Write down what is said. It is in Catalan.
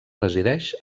resideix